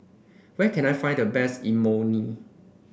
where can I find the best Imoni